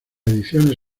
ediciones